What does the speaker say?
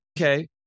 Okay